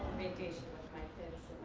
vacation with my kids